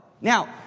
Now